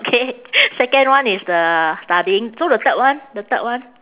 okay second one is the studying so the third one the third one